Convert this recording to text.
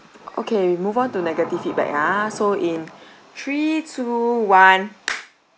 okay we move on to negative feedback ah so in three two one